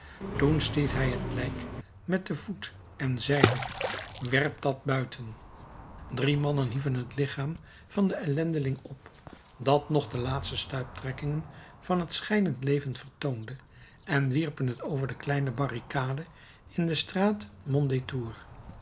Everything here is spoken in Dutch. toen stiet hij het lijk met den voet en zeide werpt dat buiten drie mannen hieven het lichaam van den ellendeling op dat nog de laatste stuiptrekkingen van het scheidend leven vertoonde en wierpen het over de kleine barricade in de straat mondétour